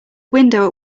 window